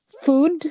food